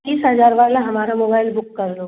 तीस हज़ार वाला हमारा मुबाइल बूक कर लो